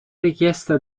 richiesta